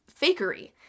fakery